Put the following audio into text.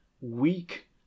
weak